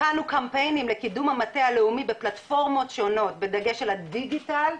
הכנו קמפיינים לקידום המטה הלאומי בפלטפורמות שונות בדגש על הדיגיטל,